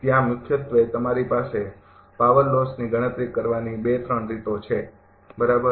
ત્યાં મુખ્યત્વે તમારી પાસે પાવર લોસની ગણતરી કરવાની ૨૩ રીતો છે બરાબર